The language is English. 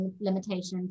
limitations